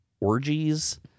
orgies